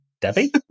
Debbie